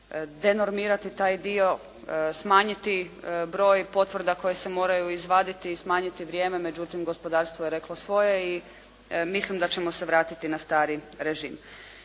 denormirati taj dio, smanjiti broj potvrda koje se moraju izvaditi i smanjiti vrijeme, međutim gospodarstvo je reklo svoje i mislim da ćemo se vratiti na stari režim.